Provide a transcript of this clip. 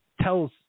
tells